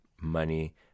money